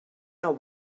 know